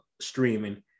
streaming